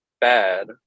bad